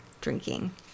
drinking